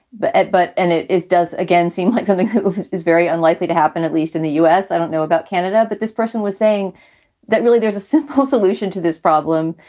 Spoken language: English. but but and it is does again seem like something is very unlikely to happen, at least in the us. i don't know about canada. but this person was saying that really there's a simple solution to this problem,